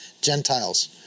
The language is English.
Gentiles